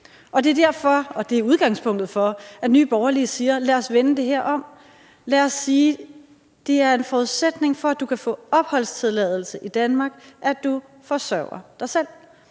i en højkonjunktur. Det er udgangspunktet for, at Nye Borgerlige siger: Lad os vende det her om. Lad os sige: Det er en forudsætning for, at du kan få opholdstilladelse i Danmark, at du forsørger dig selv.